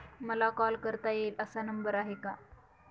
मला कॉल करता येईल असा नंबर आहे का?